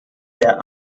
der